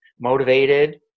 motivated